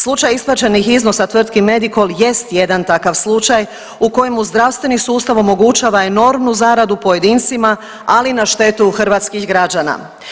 Slučaj isplaćenih iznosa tvrtki Medikol jest jedan takav slučaj u kojemu zdravstveni sustav omogućava enormnu zaradu pojedincima, ali na štetu hrvatskih građana.